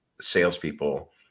salespeople